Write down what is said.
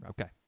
Okay